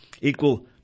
equal